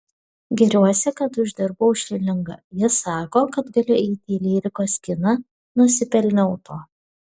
giriuosi kad uždirbau šilingą ji sako kad galiu eiti į lyrikos kiną nusipelniau to